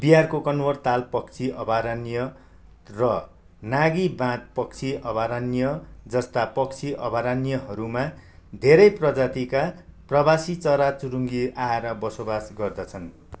बिहारको कन्वर ताल पक्षी अभयारण्य र नागी बाँध पक्षी अभयारण्य जस्ता पक्षी अभयारण्यहरूमा धेरै प्रजातिका प्रवासी चराचुरुङ्गी आएर बसोबास गर्दछन्